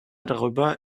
darüber